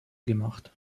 gemacht